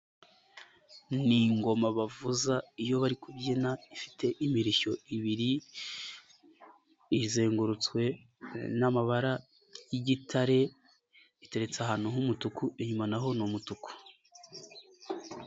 Ni ingoma bavuza iyo bari kubyina ifite imirishyo ibiri, izengurutswe n'amabara y'igitare, iteretse ahantu h'umutuku, inyuma n'aho ni umutuku.